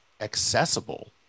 accessible